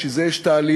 בשביל זה יש תהליך,